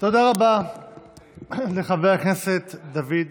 תודה רבה לחבר הכנסת דוד ביטן.